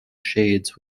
shades